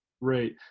right